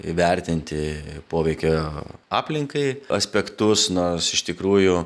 įvertinti poveikio aplinkai aspektus nors iš tikrųjų